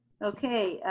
okay,